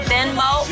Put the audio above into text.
Venmo